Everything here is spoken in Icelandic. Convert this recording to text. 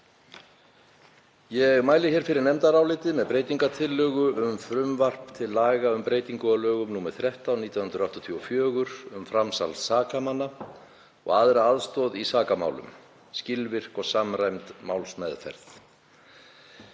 Ég mæli hér fyrir nefndaráliti með breytingartillögu um frumvarp til laga um breytingu á lögum nr. 13/1984, um framsal sakamanna og aðra aðstoð í sakamálum (skilvirk og samræmd málsmeðferð).